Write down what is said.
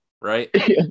right